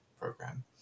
program